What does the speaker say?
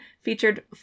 featured